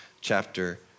chapter